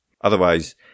Otherwise